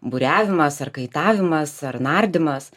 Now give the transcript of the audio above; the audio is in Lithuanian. buriavimas ar kaitavimas ar nardymas